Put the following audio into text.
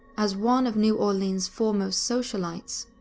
as one of new orleans foremost socialites,